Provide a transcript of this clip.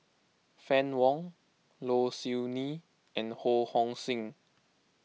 Fann Wong Low Siew Nghee and Ho Hong Sing